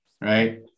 Right